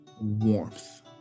warmth